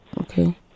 Okay